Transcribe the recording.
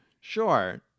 Sure